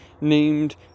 named